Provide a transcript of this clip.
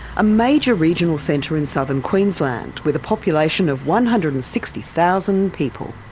a major regional centre in southern queensland with a population of one hundred and sixty thousand people.